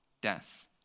death